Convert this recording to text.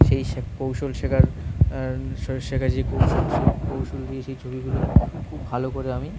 সেই শ কৌশল শেখার শেখার যে কৌশল সেই কৌশল দিয়ে সেই ছবিগুলো খুব ভালো করে আমি